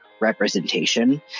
representation